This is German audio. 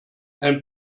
ein